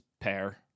pair